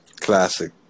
Classic